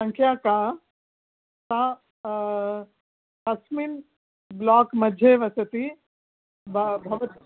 संख्या का का कस्मिन् ब्लाक् मध्ये वसति भव